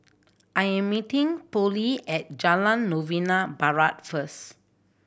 I am meeting Pollie at Jalan Novena Barat first